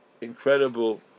incredible